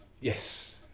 Yes